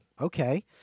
okay